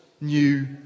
new